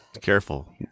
Careful